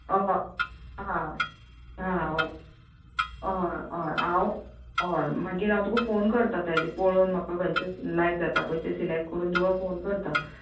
हय आं आं हय हय हय हांव हय मागीर हांव तुका फोन करता तेजें पळोवन म्हाका खंयचें लायक जाता पळय तें ते सिलेक्ट करून तुका फोन करता